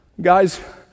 Guys